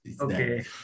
Okay